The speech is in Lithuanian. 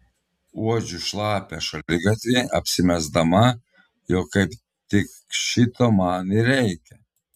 uodžiu šlapią šaligatvį apsimesdama jog kaip tik šito man ir reikia